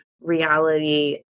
reality